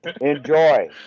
Enjoy